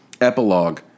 epilogue